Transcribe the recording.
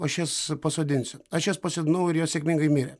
aš jas pasodinsiu aš jas pasodinau ir jos sėkmingai mirė